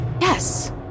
Yes